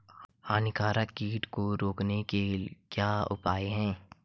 हानिकारक कीट को रोकने के क्या उपाय हैं?